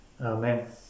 Amen